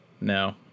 No